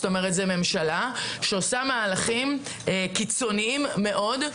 זו ממשלה שעושה מהלכים קיצוניים מאוד,